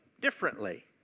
differently